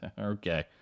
Okay